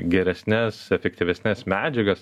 geresnes efektyvesnes medžiagas